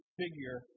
figure